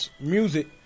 music